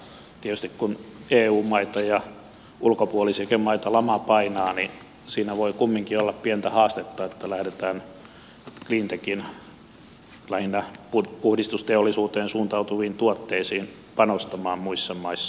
mutta tietysti kun eu maita ja ulkopuolisiakin maita lama painaa niin siinä voi kumminkin olla pientä haastetta että lähdetään cleantechin lähinnä puhdistusteollisuuteen suuntautuviin tuotteisiin panostamaan muissa maissa